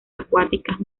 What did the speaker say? acuáticas